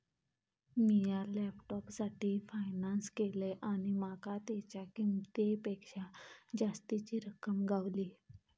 मिया लॅपटॉपसाठी फायनांस केलंय आणि माका तेच्या किंमतेपेक्षा जास्तीची रक्कम गावली